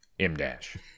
M-dash